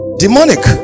demonic